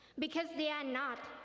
because they are not,